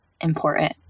important